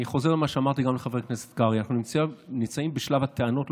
אני חוזר על מה שאמרתי גם לחבר הכנסת קרעי: אנחנו נמצאים בשלב הטענות,